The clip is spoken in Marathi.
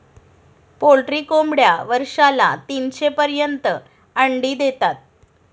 पोल्ट्री कोंबड्या वर्षाला तीनशे पर्यंत अंडी देतात